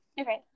Okay